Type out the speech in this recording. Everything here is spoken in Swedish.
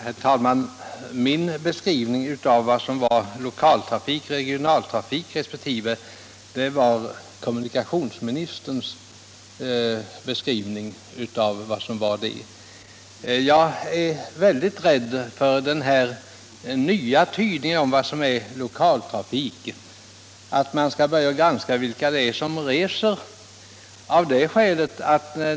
Herr talman! Min beskrivning av vad som är lokaltrafik resp. regionaltrafik var ju kommunikationsministerns egen beskrivning. Jag är väldigt rädd för den här nya tydningen av begreppet lokaltrafik, om man skall börja granska vilka det är som reser.